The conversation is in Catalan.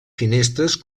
finestres